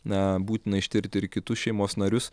na būtina ištirti ir kitus šeimos narius